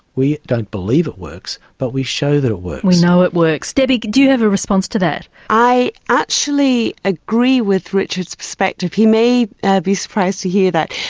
we don't believe it works but we show that it works. we know it works. debbie do you have a response to that? i actually agree with richard's perspective. he may be surprised to hear that.